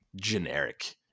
generic